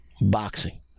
boxing